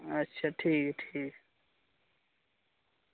अच्छा ठीक ऐ ठीक